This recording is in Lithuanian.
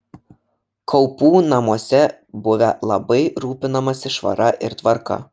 kaupų namuose buvę labai rūpinamasi švara ir tvarka